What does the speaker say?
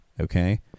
okay